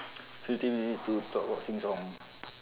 fifteen minute to talk cock sing song